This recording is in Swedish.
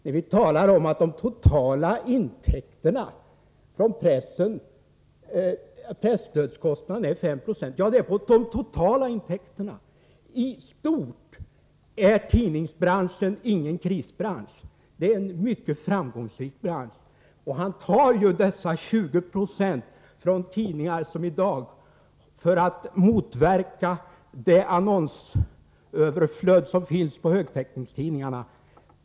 När vi talar om att presstödskostnaden är 5 96 så skall vi lägga till att det är fråga om 596 av de totala intäkterna. Tidningsbranschen är ingen krisbransch. Den är mycket framgångsrik. Anders Björck vill från de svaga tidningarna ta 20976 av det presstöd som i dag söker motverka annonsövervikten hos högtäckningstidningarna.